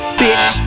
bitch